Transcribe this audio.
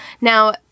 Now